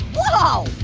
whoa,